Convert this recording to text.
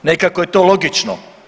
Nekako je to logično.